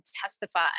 testify